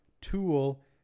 Tool